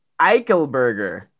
eichelberger